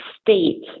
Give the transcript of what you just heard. state